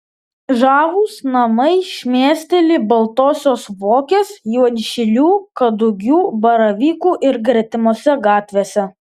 žavūs namai šmėsteli baltosios vokės juodšilių kadugių baravykų ir gretimose gatvėse